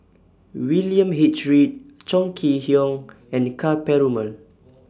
William H Read Chong Kee Hiong and Ka Perumal